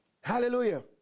Hallelujah